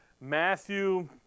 Matthew